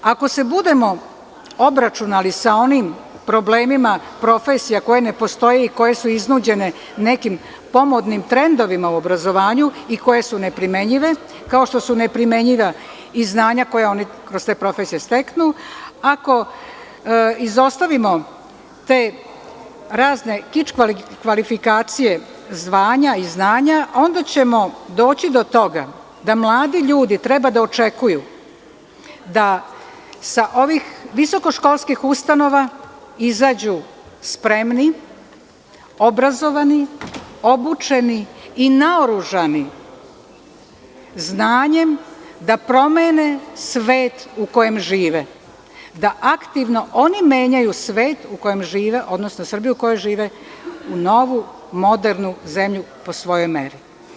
Ako se budemo obračunali sa onim problemima profesija koje ne postoje i koje su iznuđene nekim pomodnim trendovima u obrazovanju i koje su neprimenjive, kao što su neprimenjiva i znanja koje oni kroz te profesije steknu, ako izostavimo te razne kič kvalifikacije zvanja i znanja, onda ćemo doći do toga da mladi ljudi treba da očekuju da sa ovih visokoškolskih ustanova izađu spremni, obrazovani, obučeni i naoružani znanjem da promene svet u kojem žive, da aktivno oni menjaju svet u kojem žive, odnosno Srbiju u kojoj žive u novu modernu zemlju po svojoj meri.